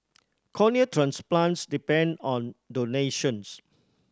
cornea transplants depend on donations